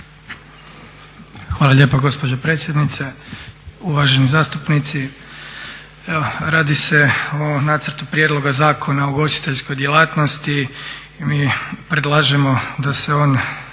Hvala lijepo gospođo potpredsjednice. Uvaženi zastupnici. Radi se o nacrtu Prijedloga zakona o ugostiteljskoj djelatnosti i mi predlažemo da se on